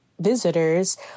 visitors